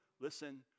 listen